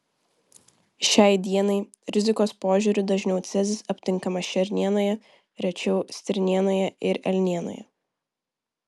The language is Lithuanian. šiai dienai rizikos požiūriu dažniau cezis aptinkamas šernienoje rečiau stirnienoje ir elnienoje